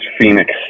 phoenix